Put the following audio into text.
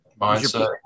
mindset